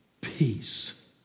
peace